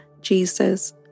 Jesus